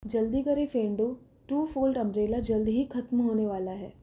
जल्दी करें फेंडो टू फोल्ड अम्ब्रेला जल्द ही खत्म होने वाला है